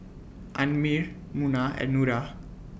Ammir Munah and Nura